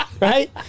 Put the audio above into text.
right